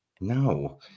No